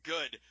Good